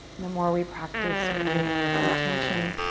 the more we practice moving with intention,